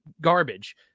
garbage